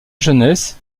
jeunesse